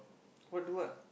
what do what